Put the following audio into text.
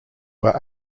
were